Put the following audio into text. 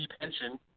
pension